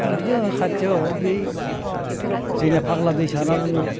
दाबो दङ खाथियाव बै जोंना फाग्ला दैसा होनना बुङो